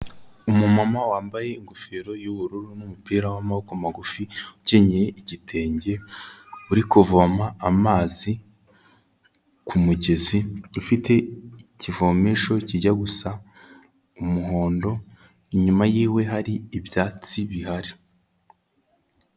Umumama wambaye ingofero y'ubururu n'umupira w'amaboko magufi ukenyeye igitenge, uri kuvoma amazi ku mugezi, ufite ikivomesho kijya gusa umuhondo, inyuma yiwe hari ibyatsi bihari.